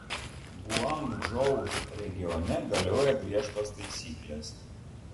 guangdžou regione galioja griežtos taisyklės